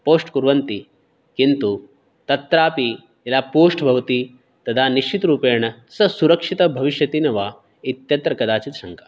post कुर्वन्ति किन्तु तत्रापि यदा पोष्ट् भवति तदा निश्चितरूपेण सः सुरक्षितः भविष्यति न वा इत्यत्र कदाचित् शङ्का